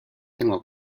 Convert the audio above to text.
tengo